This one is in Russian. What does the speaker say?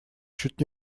чуть